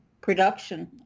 production